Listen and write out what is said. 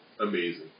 amazing